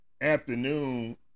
afternoon